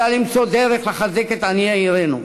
אלא למצוא דרך לחזק את עניי עירנו.